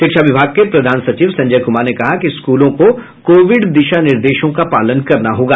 शिक्षा विभाग के प्रधान सचिव संजय कुमार ने कहा कि स्कूलों को कोविड दिशा निर्देशों का पालन करना होगा